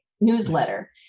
newsletter